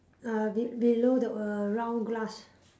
uh be~ below the err round glass